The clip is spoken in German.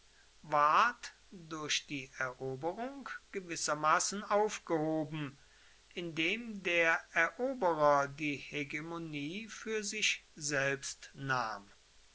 durch die eroberung gewissermaßen aufgehoben indem der eroberer die hegemonie für sich selbst nahm